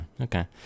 Okay